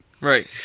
Right